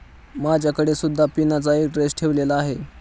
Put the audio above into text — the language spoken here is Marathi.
माझ्याकडे सुद्धा पिनाचा एक ड्रेस ठेवलेला आहे